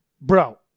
bro